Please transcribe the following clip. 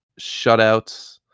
shutouts